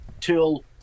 till